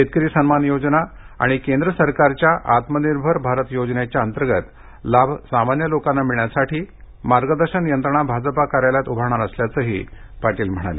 शेतकरी सन्मान योजना आणि केंद्र सरकारच्या आत्मनिर्भर भारत योजनेच्या अंतर्गत लाभ सामान्य लोकांना मिळण्यासाठी मार्गदर्शन यंत्रणा भाजप कार्यालयात उभारणार असल्याचे पाटील यांनी सांगितलं